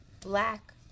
black